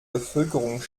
bevölkerung